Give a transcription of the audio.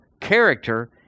character